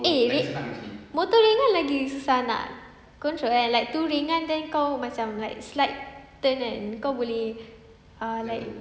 eh wait motor ringan lagi susah nak control kan like too ringan then kau macam like slight turn kan kau boleh ah like